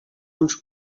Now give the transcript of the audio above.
uns